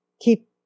keep